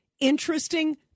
interesting